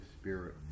spirit